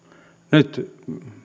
nyt